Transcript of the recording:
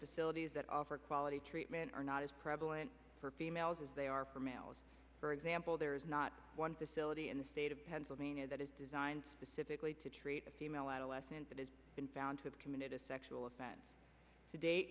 facilities that offer quality treatment are not as prevalent for females as they are for males for example there is not one facility in the state of pennsylvania that is designed specifically to treat a female adolescent that has been found to have committed a sexual offense to date